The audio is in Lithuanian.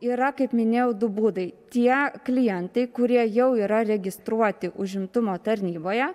yra kaip minėjau du būdai tie klientai kurie jau yra registruoti užimtumo tarnyboje